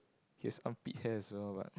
he has armpit hair as well but